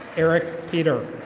eric peter.